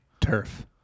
Turf